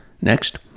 Next